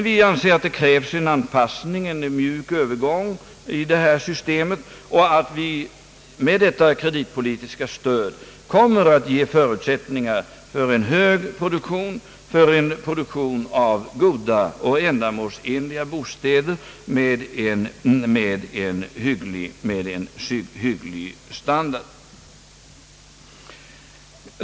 Vi anser att detta kräver en anpassning, en mjuk Öövergång, i systemet och att vi med detta kreditpolitiska stöd kommer att ge förutsättningar för en hög produktion av goda och ändamålsenliga bostäder med en hygglig standard.